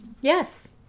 Yes